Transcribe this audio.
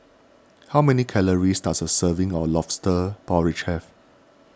how many calories does a serving of Lobster Porridge have